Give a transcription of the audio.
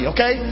Okay